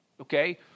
okay